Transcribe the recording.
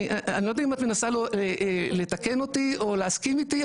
אני לא יודע אם את מנסה לתקן אותי או להסכים איתי,